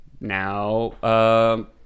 Now